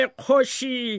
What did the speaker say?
koshi